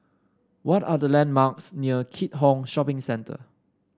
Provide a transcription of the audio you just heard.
what are the landmarks near Keat Hong Shopping Centre